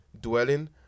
Dwelling